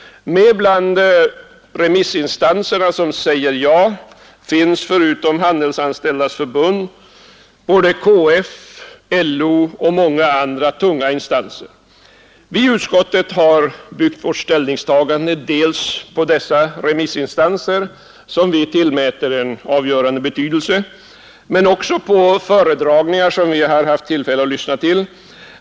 Med bland de remissinstanser som säger ja finns förutom Handelsanställdas förbund såväl KF som LO och många andra tunga instanser. Vi inom utskottet har byggt vårt ställningstagande på dessa remissinstansers yttranden, som vi tillmäter en avgörande betydelse, men också på föredragningar som vi har haft tillfälle att lyssna till.